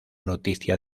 noticia